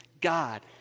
God